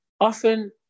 often